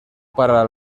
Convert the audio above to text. para